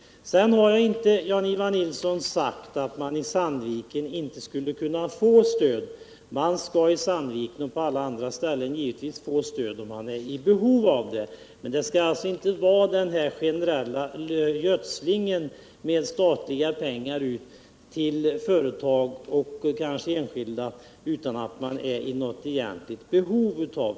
Jag har inte, Jan-Ivan Nilsson, sagt att man i Sandviken inte skulle kunna få stöd. Man skall i Sandviken och på alla andra ställen givetvis få stöd om man är i behov därav. Men det skall inte vara den generella gödslingen med statliga pengar till företag och enskilda utan att det finns något egentligt behov därav.